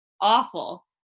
awful